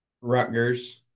Rutgers